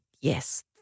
yes